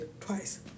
twice